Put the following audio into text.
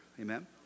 Amen